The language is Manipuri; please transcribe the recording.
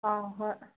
ꯑꯥ ꯍꯣꯏ